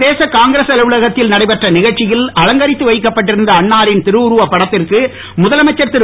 பிரதேச காங்கிரஸ் அலுவலகத்தில் நடைபெற்ற நிகழ்ச்சியில் அலங்கரித்து வைக்கப்பட்டிருந்த அன்னாரின் திருவுருவப் படத்திற்கு முதலமைச்சர் திரு